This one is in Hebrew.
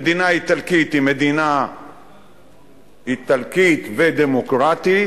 המדינה האיטלקית היא מדינה איטלקית ודמוקרטית